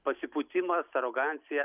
pasipūtimas arogancija